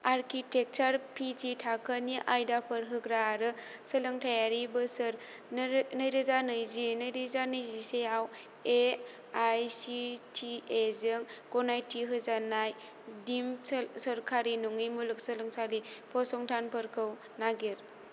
आर्किटेकसारआव पिजि थाखोनि आयदाफोर होग्रा आरो सोलोंथायारि बोसोर नैरोजा नैजि आरो नैरोजा नैजिसेआव एआइसिटिइजों गनायथि होजानाय दिम्ड सोरखारि नङि मुलुगसोंलोंसालि फसंथानफोरखौ नागिर